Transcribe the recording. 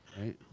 right